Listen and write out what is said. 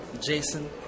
Jason